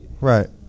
Right